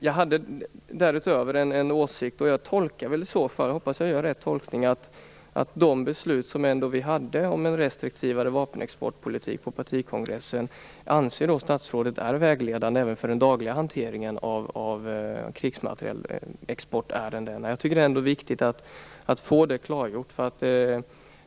Jag tolkar ändå detta som att statsrådet anser att de beslut vi fattade på partikongressen om en restriktivare vapenexportpolitik är vägledande för den dagliga hanteringen av krigsmaterialexportärenden. Det är viktigt att få det klargjort.